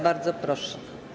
Bardzo proszę.